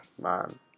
man